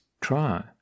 try